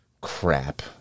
crap